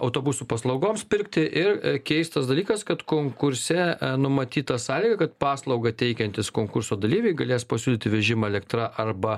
autobusų paslaugoms pirkti ir keistas dalykas kad konkurse numatytą sąlygą kad paslaugą teikiantys konkurso dalyviai galės pasiūlyti vežimą elektra arba